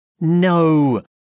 No